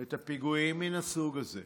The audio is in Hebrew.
את הפיגועים מהסוג הזה.